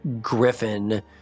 Griffin